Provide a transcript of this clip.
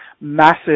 massive